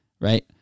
right